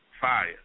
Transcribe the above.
fire